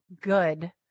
good